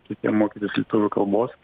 kitiem mokytis lietuvių kalbos